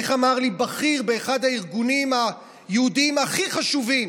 איך אמר לי בכיר באחד הארגונים היהודיים הכי חשובים,